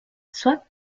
soit